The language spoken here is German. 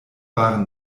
waren